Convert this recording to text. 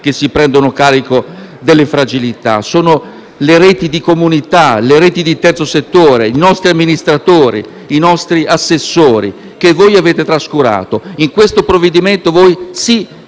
che si prendono carico delle fragilità; sono le reti di comunità, le reti di terzo settore, i nostri amministratori e i nostri assessori che voi avete trascurato. In questo provvedimento